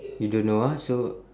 you don't know ah so